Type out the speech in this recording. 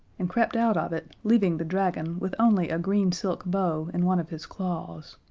and crept out of it, leaving the dragon with only a green silk bow in one of his claws.